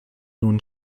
nun